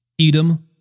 Edom